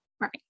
right